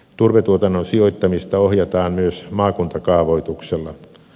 turvetuotannon sijoittamista ohjataan myös maakuntakaavoituksella